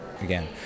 again